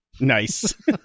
Nice